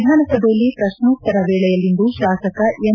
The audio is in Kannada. ವಿಧಾನಸಭೆಯಲ್ಲಿ ಪ್ರಶ್ನೋತ್ತರ ವೇಳೆಯಲ್ಲಿಂದು ಶಾಸಕ ಎಂ